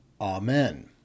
Amen